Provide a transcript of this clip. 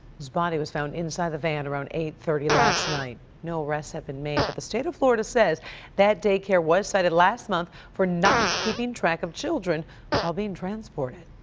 his body was found inside the van around eight thirty last night. no arrests have been made but the state of florida says that day care was cited last month for not keeping track of children while being transported.